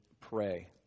pray